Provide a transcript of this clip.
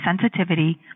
Sensitivity